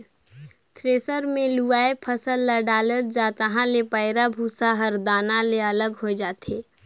thresher मे लुवय फसल ल डालत जा तहाँ ले पैराःभूसा हर दाना ले अलग हो जाथे